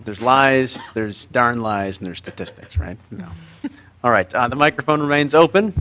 there's lies there's darn lies and there are statistics right all right on the microphone remains open